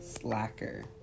slacker